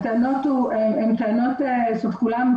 הטענות הן של כולם,